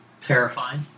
terrifying